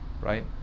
right